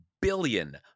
billion